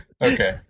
Okay